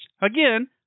Again